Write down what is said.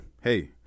hey